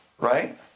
right